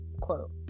quote